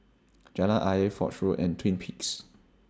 Jalan Ayer Foch Road and Twin Peaks